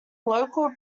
local